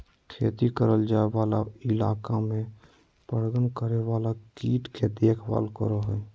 खेती करल जाय वाला इलाका में परागण करे वाला कीट के देखभाल करो हइ